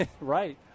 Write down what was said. Right